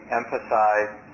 emphasize